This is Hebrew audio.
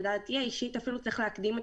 לדעתי האישית אפילו צריך להקדים את